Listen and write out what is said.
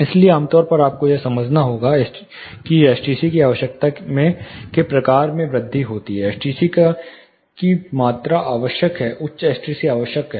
इसलिए आमतौर पर आपको यह समझना होगा कि एसटीसी की आवश्यकता के प्रकार में वृद्धि होती है एसटीसी की मात्रा आवश्यक है उच्च एसटीसी आवश्यक हैं